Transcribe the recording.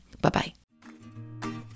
Bye-bye